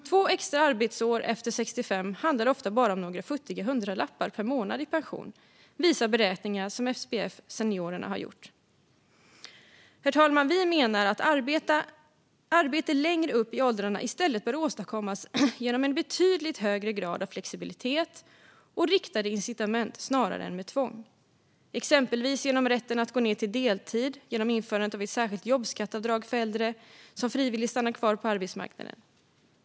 Två extra arbetsår efter 65 handlar ofta bara om några futtiga hundralappar per månad i pension, visar beräkningar som SPF Seniorerna har gjort. Herr talman! Vi menar att arbete längre upp i åldrarna bör åstadkommas genom en betydligt högre grad av flexibilitet och riktade incitament snarare än med tvång, exempelvis genom rätten att gå ned till deltid eller genom införandet av ett särskilt jobbskatteavdrag för äldre som frivilligt stannar kvar på arbetsmarknaden.